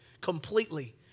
completely